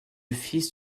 fils